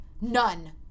None